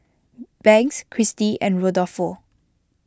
Banks Christie and Rodolfo